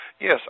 yes